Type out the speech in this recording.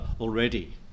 already